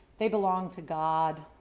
they belonged to god.